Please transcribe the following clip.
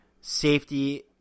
safety